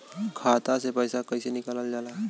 खाता से पैसा कइसे निकालल जाला?